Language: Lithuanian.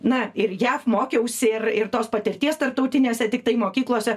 na ir jav mokiausi ir ir tos patirties tarptautiniuose tiktai mokyklose